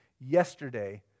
yesterday